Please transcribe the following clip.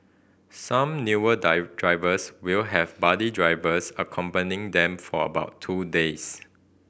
some newer die drivers will have buddy drivers accompanying them for about two days